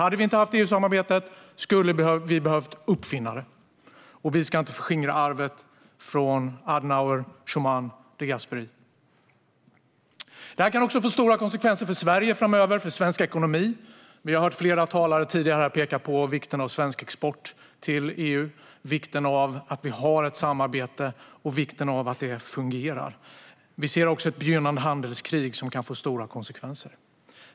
Hade vi inte haft EU-samarbetet skulle vi ha behövt uppfinna det, och vi ska inte förskingra arvet från Adenauer, Schuman och de Gasperi. Det här kan framöver också få stora konsekvenser för Sverige och svensk ekonomi. Vi har hört flera talare tidigare här peka på vikten av svensk export till EU, vikten av att vi har ett samarbete och vikten av att det fungerar. Vi ser också ett begynnande handelskrig som kan få stora konsekvenser.